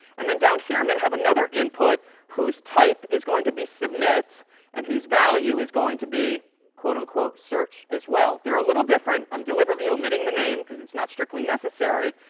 and then down here, i'm going to have another input whose type is going to be submit and whose value is going to be quote-unquote search as well. they're a little different. i'm deliberately omitting the name because it's not strictly necessary.